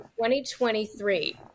2023